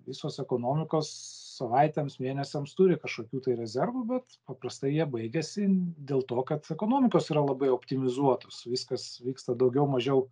visos ekonomikos savaitėms mėnesiams turi kažkokių tai rezervų bet paprastai jie baigiasi dėl to kad ekonomikos yra labai optimizuotos viskas vyksta daugiau mažiau